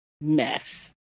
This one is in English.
mess